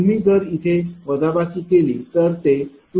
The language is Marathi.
तुम्ही जर इथे वजाबाकी केली तर ते 240